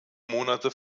monate